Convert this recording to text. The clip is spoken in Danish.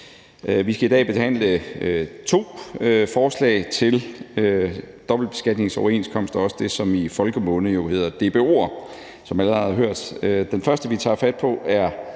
Vi skal i dag behandle to forslag til dobbeltbeskatningsoverenskomster – det, som jo også i folkemunde hedder DBO'er, som man allerede har hørt – og det første, vi tager fat på, er